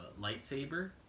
lightsaber